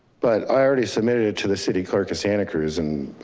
but i already submitted it to the city clerk of santa cruz. and